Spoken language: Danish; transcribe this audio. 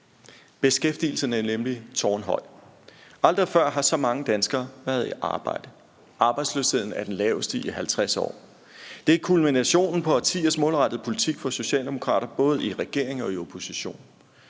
Beskæftigelsen er nemlig tårnhøj. Aldrig før har så mange danskere været i arbejde. Arbejdsløsheden er den laveste i 50 år. Det er kulminationen på årtiers målrettet politik fra Socialdemokraternes side, både i regering og i opposition.